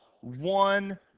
one